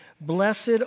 blessed